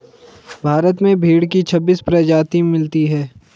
भारत में भेड़ की छब्बीस प्रजाति मिलती है